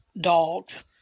dogs